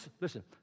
Listen